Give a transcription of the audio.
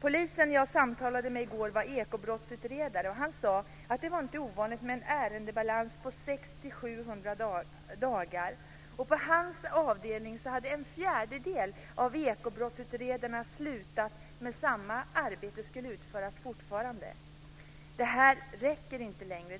Polisen som jag samtalade med i går var ekobrottsutredare. Han sade att det inte var ovanligt med en ärendebalans på 600-700 dagar. På hans avdelning hade en fjärdedel av ekobrottsutredarna slutat, men samma arbete skulle fortfarande utföras. Det räcker inte längre.